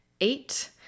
eight